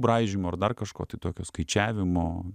braižymo ar dar kažko tai tokio skaičiavimo